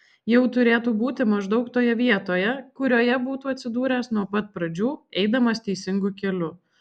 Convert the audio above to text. jau turėtų būti maždaug toje vietoje kurioje būtų atsidūręs nuo pat pradžių eidamas teisingu keliu